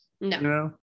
No